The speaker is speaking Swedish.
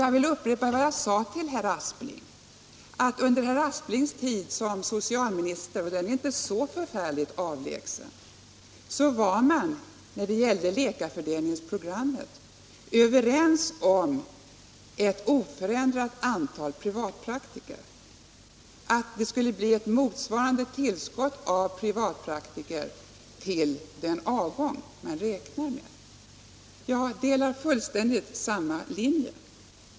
Jag vill upprepa vad jag sade till herr Aspling, nämligen att man när det gällde läkarfördelningsprogrammet under hans tid som socialminister — och den är inte så förfärligt avlägsen —- var överens om ett oförändrat antal privatpraktiker, dvs. att tillskottet av privatpraktiker skulle motsvara den avgång man räknade med. Jag delar helt den uppfattningen.